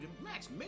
Max